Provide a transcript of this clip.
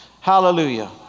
Hallelujah